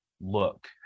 look